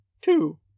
two